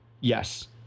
Yes